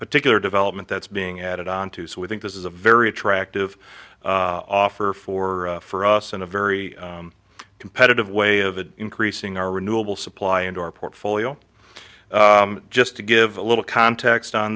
particular development that's being added on to so we think this is a very attractive offer for for us in a very competitive way of increasing our renewable supply and our portfolio just to give a little context on